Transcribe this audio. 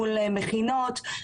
מול מכינות.